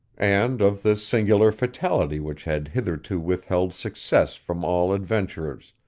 and of the singular fatality which had hitherto withheld success from all adventurers,